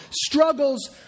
struggles